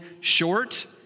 short